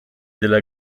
della